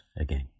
again